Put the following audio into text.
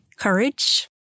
Courage